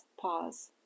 Pause